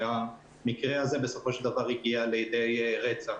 המקרה הזה בסופו של דבר הגיע לידי רצח.